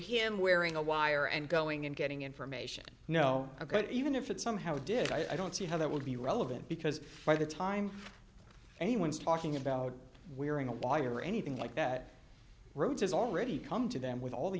him wearing a wire and going and getting information no good even if it somehow did i don't see how that would be relevant because by the time anyone's talking about wearing a wire or anything like that rhodes has already come to them with all the